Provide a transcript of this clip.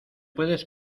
puedes